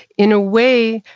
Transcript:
in a way,